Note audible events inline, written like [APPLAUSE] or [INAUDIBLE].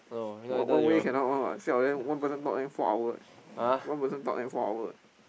one one way cannot one [what] siao then one person talk then four hour eh [NOISE] one person talk then four hour eh